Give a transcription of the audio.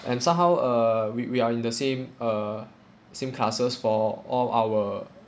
and somehow uh we we are in the same uh same classes for all our